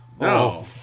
No